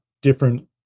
different